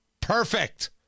Perfect